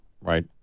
right